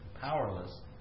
powerless